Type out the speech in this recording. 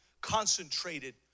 concentrated